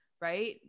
right